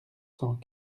cent